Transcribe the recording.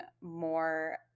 more